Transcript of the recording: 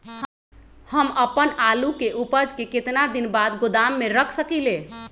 हम अपन आलू के ऊपज के केतना दिन बाद गोदाम में रख सकींले?